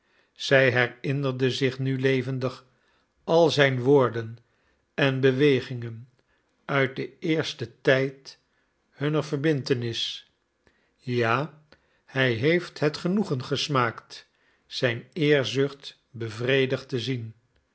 zij herinnerde zich nu levendig al zijn woorden en bewegingen uit den eersten tijd hunner verbintenis ja hij heeft het genoegen gesmaakt zijn eerzucht bevredigd te zien